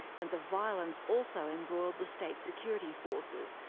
and the violence also embroiled the state security forces,